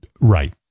Right